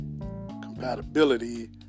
compatibility